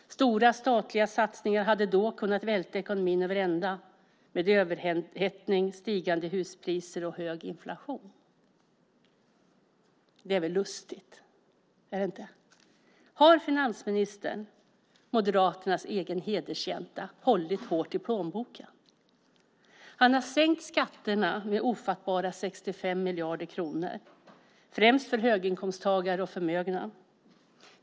Stora statliga satsningar hade då kunnat välta ekonomin över ända, med överhettning, stigande huspriser och hög inflation." Det är väl lustigt, är det inte? Har finansministern, Moderaternas egen hedersjänta, hållit hårt i plånboken? Han har sänkt skatterna med ofattbara 65 miljarder kronor, främst för höginkomsttagare och förmögna.